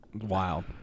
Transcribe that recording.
Wild